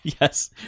Yes